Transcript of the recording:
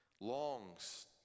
longs